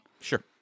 Sure